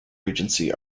regency